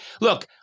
Look